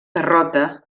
derrota